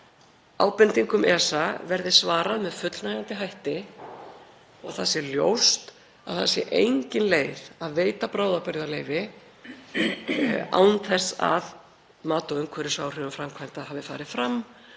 ábendingum ESA verði svarað með fullnægjandi hætti og það sé ljóst að það sé engin leið að veita bráðabirgðaleyfi án þess að mat á umhverfisáhrifum framkvæmda hafi farið fram;